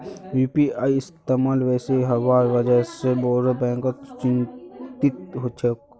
UPI इस्तमाल बेसी हबार वजह से बोरो बैंक चिंतित छोक